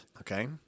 Okay